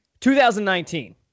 2019